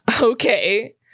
Okay